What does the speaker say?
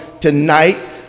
tonight